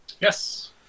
Yes